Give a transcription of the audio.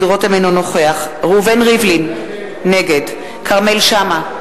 אינו נוכח ראובן ריבלין, נגד כרמל שאמה,